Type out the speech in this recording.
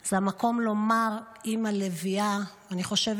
זה המקום לומר "אימא לביאה"; אני חושבת